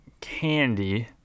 candy